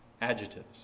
adjectives